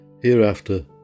Hereafter